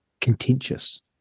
contentious